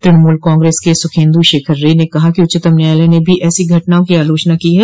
तृणमूल कांग्रेस के सुखेन्द शेखर रे ने कहा कि उच्चतम न्यायालय ने भी ऐसी घटनाओं की आलोचना की है